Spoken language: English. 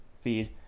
feed